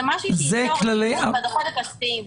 אלה כללי ------ בדוחות הכספיים.